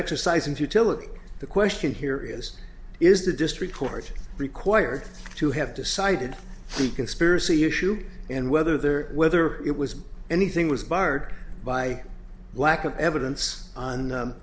futility the question here is is the district court required to have decided the conspiracy issue and whether there whether it was anything was barred by lack of evidence on